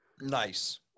Nice